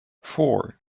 four